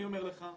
אני אומר לך,